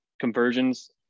conversions